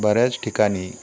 बऱ्याच ठिकाणी